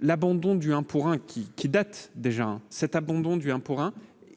l'abandon du un pour un, qui qui date des gens cet abandon du un pour un